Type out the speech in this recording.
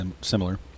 similar